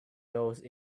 those